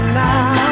now